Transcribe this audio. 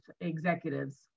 executives